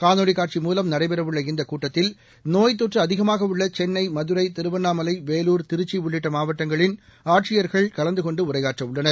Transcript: காணொலிக் நடைபெறவுள்ள இந்தக் கூட்டத்தில் நோய்த் தொற்றுஅதிகமாகஉள்ளசென்னை மதுரை திருவண்ணாமலை வேலூர் திருச்சிஉள்ளிட்டமாவட்டங்களின் ஆட்சியர்கள் கலந்துகொண்டுஉரையாற்றவுள்ளனர்